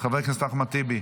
חבר הכנסת אחמד טיבי,